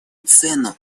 цену